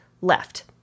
left